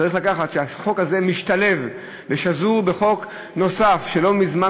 החוק הזה משתלב ושזור בחוק נוסף שלא מזמן